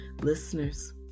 Listeners